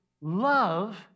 love